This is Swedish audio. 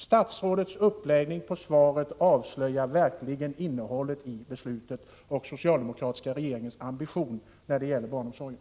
Statsrådets uppläggning av svaret avslöjar verkligen innehållet i beslutet och den socialdemokratiska regeringens ambition när det gäller barnomsorgen.